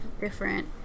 different